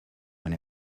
when